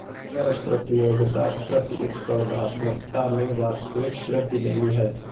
कर प्रतियोगिता प्रतिस्पर्धात्मकता में वास्तविक वृद्धि नहीं है